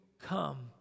come